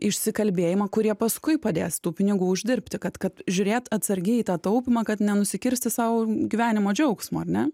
išsikalbėjimą kurie paskui padės tų pinigų uždirbti kad kad žiūrėt atsargiai į tą taupymą kad nenusikirsti sau gyvenimo džiaugsmo ar ne